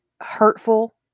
hurtful